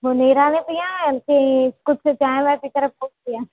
पो नेराने पीआ की कुझु चांहि वांहि पी करे पोइ पीआ